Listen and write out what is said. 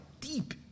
deep